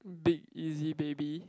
big easy baby